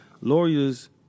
lawyers